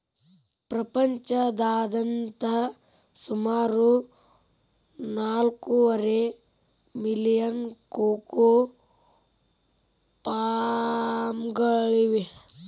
ಪ್ರಪಂಚದಾದ್ಯಂತ ಸುಮಾರು ನಾಲ್ಕೂವರೆ ಮಿಲಿಯನ್ ಕೋಕೋ ಫಾರ್ಮ್ಗಳಿವೆ